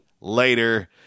later